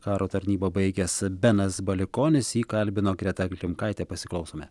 karo tarnybą baigęs benas baliukonis jį kalbino greta klimkaitė pasiklausome